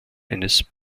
eines